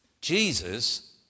Jesus